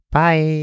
bye